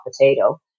potato